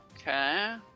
Okay